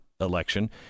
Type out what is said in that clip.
election